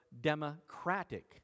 democratic